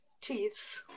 Chiefs